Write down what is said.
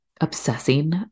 obsessing